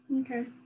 okay